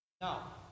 Now